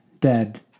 dead